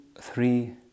three